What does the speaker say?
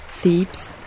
Thebes